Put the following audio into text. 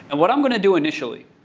and what i'm going to do, initially,